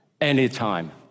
anytime